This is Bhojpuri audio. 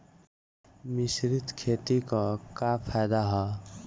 मिश्रित खेती क का फायदा ह?